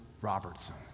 Robertson